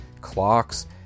clocks